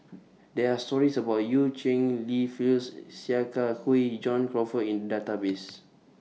There Are stories about EU Cheng Li Phyllis Sia Kah Hui John Crawfurd in Database